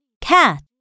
cat